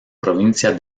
provincia